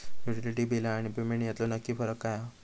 Utility बिला आणि payment यातलो नक्की फरक काय हा?